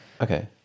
Okay